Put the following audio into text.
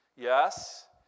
Yes